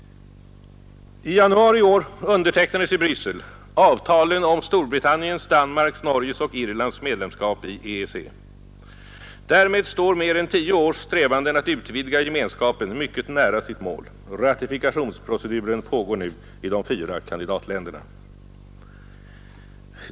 I januari i år undertecknades i Bryssel avtalen om Storbritanniens, Danmarks, Norges och Irlands medlemskap i EEC. Därmed står mer än tio års strävanden att utvidga Gemenskapen mycket nära sitt mål. Ratifikationsproceduren pågår nu i de fyra kandidatländerna.